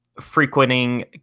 frequenting